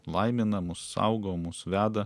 laimina mus saugo mus veda